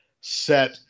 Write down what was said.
set